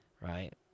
right